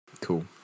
Cool